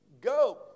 go